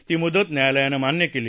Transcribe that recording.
ती मुदत न्यायालयानं मान्य केली